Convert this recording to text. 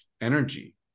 energy